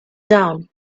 dawn